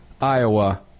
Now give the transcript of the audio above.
Iowa